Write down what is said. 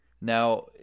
Now